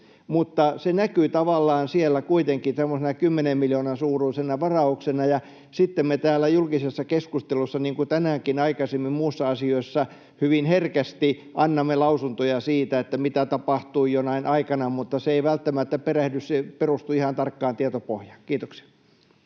tämmöisenä kymmenen miljoonan suuruisena varauksena, ja sitten me täällä julkisessa keskustelussa, niin kuin tänäänkin aikaisemmin muissa asioissa, hyvin herkästi annamme lausuntoja siitä, mitä tapahtui jonain aikana, vaikka se ei välttämättä perustu ihan tarkkaan tietopohjaan. — Kiitoksia.